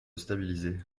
stabiliser